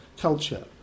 culture